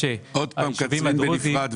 היתרים.